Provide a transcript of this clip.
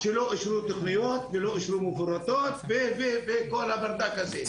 כי לא אישרו תוכניות ולא אישרו תוכניות מפורטות וכל הברדק הזה.